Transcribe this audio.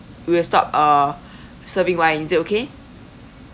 we will stop uh serving wine is it okay